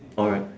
alright